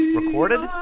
Recorded